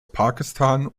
pakistan